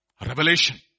Revelation